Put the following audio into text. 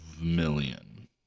million